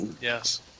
Yes